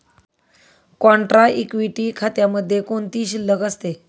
Contra equity खात्यामध्ये कोणती शिल्लक असते?